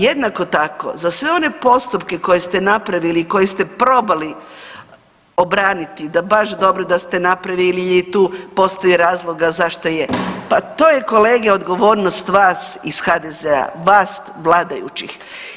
Jednako tako, za sve one postupke koje ste napravili i koje ste probali obraniti da baš dobro da ste napravili jer i tu postoji razloga zašto je, pa to je kolege, odgovornost vas ih HDZ-a, vas vladajućih.